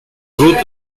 ruta